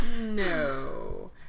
No